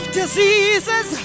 diseases